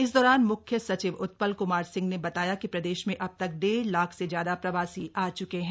इस दौरान म्ख्य सचिव उत्पल क्मार सिंह ने बताया कि प्रदेश में अब तक डेढ़ लाख से ज्यादा प्रवासी आ च्के हैं